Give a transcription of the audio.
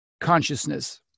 consciousness